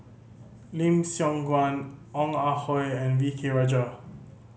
Lim Siong Guan Ong Ah Hoi and V K Rajah